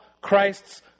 Christ's